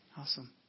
Awesome